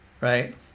right